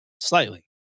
Slightly